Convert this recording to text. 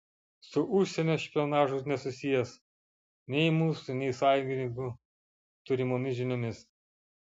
su užsienio špionažu nesusijęs nei mūsų nei sąjungininkų turimomis žiniomis